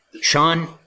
Sean